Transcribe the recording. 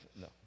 no